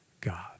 God